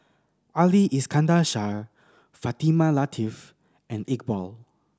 Ali Iskandar Shah Fatimah Lateef and Iqbal